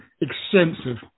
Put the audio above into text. extensive